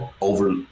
over